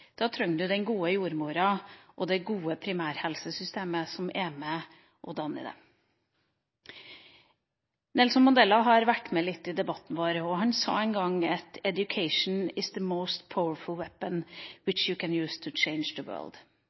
da trenger du også den gode jordmora og det gode primærhelsesystemet som er med på å danne det. Nelson Mandela har vært nevnt i debatten vår, og han sa en gang: «Education is the most powerful weapon which you can use to change the world.»